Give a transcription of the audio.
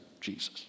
Jesus